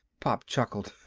pop chuckled.